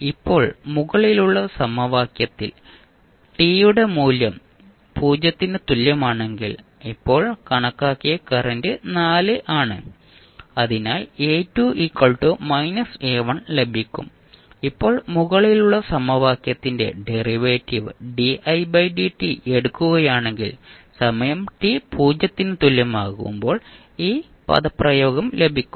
ഇപ്പോൾ മുകളിലുള്ള സമവാക്യത്തിൽ t യുടെ മൂല്യം 0 ന് തുല്യമാണെങ്കിൽ ഇപ്പോൾ കണക്കാക്കിയ കറന്റ് 4 ആണ് അതിനാൽ A2 A1 ലഭിക്കും ഇപ്പോൾ മുകളിലുള്ള സമവാക്യത്തിന്റെ ഡെറിവേറ്റീവ് എടുക്കുകയാണെങ്കിൽ സമയം t 0 ന് തുല്യമാകുമ്പോൾ ഈ പദപ്രയോഗം ലഭിക്കും